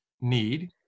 need